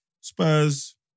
Spurs